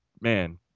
man